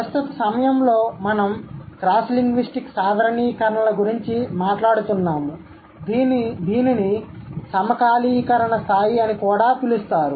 ప్రస్తుత సమయంలో మనం క్రాస్ లింగ్విస్టిక్ సాధారణీకరణల గురించి మాట్లాడుతున్నాము దీనిని సమకాలీకరణ స్థాయి అని కూడా పిలుస్తారు